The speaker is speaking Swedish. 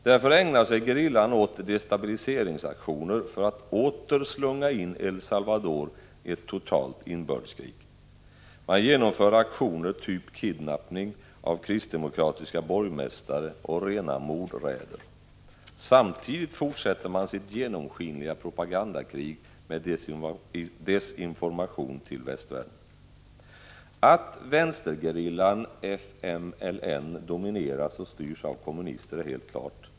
Därför ägnar sig gerillan åt destabiliseringsaktioner för att åter slunga in El Salvador i ett totalt inbördeskrig. Man genomför aktioner typ kidnappning av kristdemokratiska borgmästare och rena mordraider. Samtidigt fortsätter man sitt genomskinliga propagandakrig, med desinformation till västvärlden. Att vänstergerillan FMLN domineras och styrs av kommunisterna är helt klart.